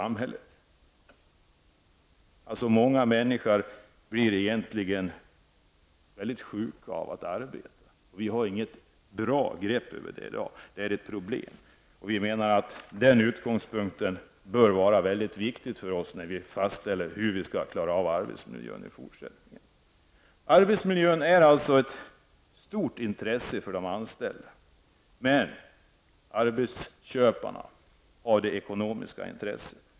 Många människor blir egentligen mycket sjuka av att arbeta, och vi har inget bra grepp om det i dag. Det är ett problem. Denna utgångspunkt bör vara mycket viktig när man fastställer hur man skall klara av arbetsmiljön i fortsättningen. Arbetsmiljön har således stor betydelse för de anställda, men arbetsköparna har ekonomiska intressen.